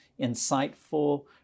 insightful